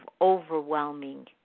overwhelming